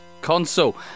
console